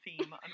theme